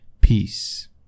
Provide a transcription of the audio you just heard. peace